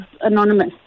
Anonymous